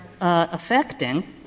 affecting